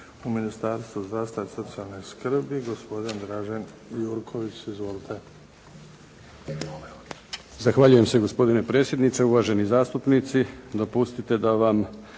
u Ministarstva zdravstva i socijalne skrbi gospodin Dražen Jurković. Izvolite. **Jurković, Dražen** Zahvaljujem se gospodine predsjedniče. Uvaženi zastupnici dopustite da vam